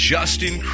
Justin